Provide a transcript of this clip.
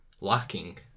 lacking